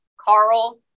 Carl